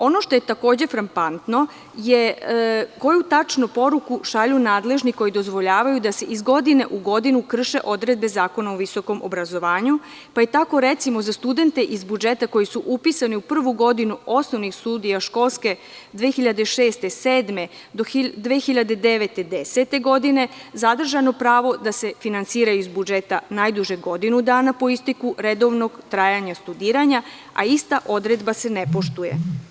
Ono što je takođe frapantno je - koju tačno poruku šalju nadležni koji dozvoljavaju da se iz godine u godinu krše odredbe Zakona o visokom obrazovanju, pa je tako, recimo, za studente iz budžeta koji su upisani u prvu godinu osnovnih studija školske 2006-2007. do 2009-2010. godine, zadržano pravo da se finansiraju iz budžeta najduže godinu dana po isteku redovnog trajanja studiranja, a ista odredba se ne poštuje.